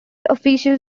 official